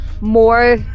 more